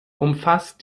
umfasst